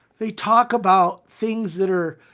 they talk about things that are,